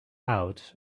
out